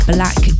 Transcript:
Black